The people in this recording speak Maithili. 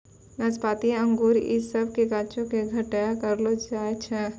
नाशपाती अंगूर इ सभ के गाछो के छट्टैय्या करलो जाय छै